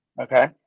okay